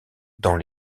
dans